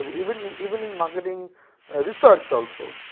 even you know even in marketing research also